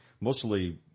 mostly